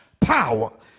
power